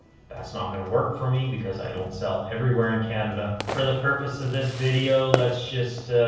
that's not gonna work for me because i don't sell everywhere in canada. for the purpose of this video, let's just, ah,